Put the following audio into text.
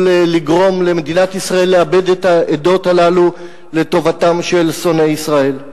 לגרום למדינת ישראל לאבד את העדות הללו לטובתם של שונאי ישראל.